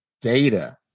data